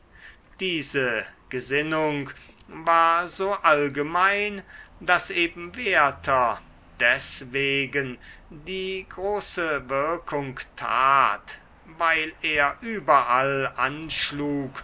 diese gesinnung war so allgemein daß eben werther des wegen die große wirkung tat weil er überall anschlug